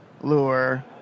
lure